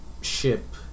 ship